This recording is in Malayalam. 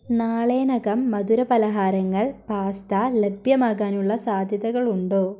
നാളേയ്നകം മധുരപലഹാരങ്ങൾ പാസ്ത ലഭ്യമാകാനുള്ള സാധ്യതകളുണ്ടോ